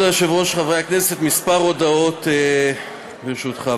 כבוד היושב-ראש, חברי הכנסת, כמה הודעות, ברשותך.